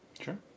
Sure